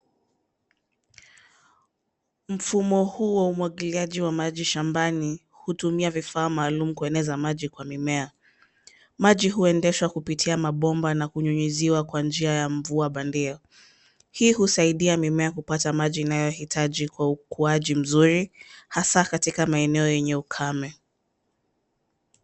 Mfumo huu wa umwagiliaji wa maji shambani hutumia vifaa maalum kueneza maji kwa mimea. Maji huendeshwa kupitia mabomba na kunyunyiziwa kwa njia ya mvua bandia. Hii husaidia mimea kupata maji inayo hitaji kwa ukuaji mzuri hasa katika maeneo yenye ukame.